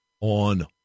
on